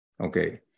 okay